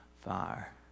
fire